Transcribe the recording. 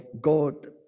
God